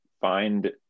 find